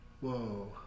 Whoa